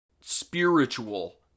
spiritual